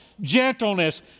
gentleness